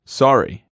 sorry